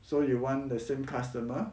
so you want the same customer